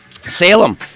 Salem